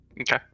Okay